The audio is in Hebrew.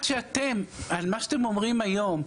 מה שאתם אומרים היום,